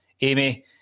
Amy